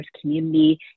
community